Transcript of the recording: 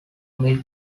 milk